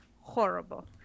horrible